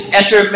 enter